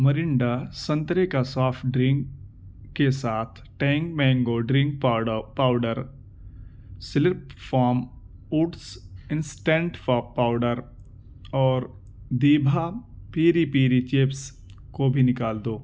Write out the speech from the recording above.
Mirinda سنترے کا soft drink کے ساتھ Tang mango drink powder powder Slurrp Farm oats instant powder اور دیبھا پیری پیری چپس کو بھی نکال دو